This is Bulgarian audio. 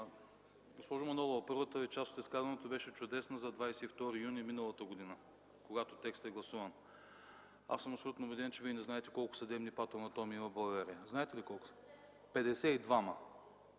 Госпожо Манолова, първата част от изказването Ви беше чудесна – за 22 юни миналата година, когато текстът е гласуван. Аз съм абсолютно убеден, че Вие не знаете колко съдебни патоанатоми има в България. Знаете ли колко?